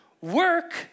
Work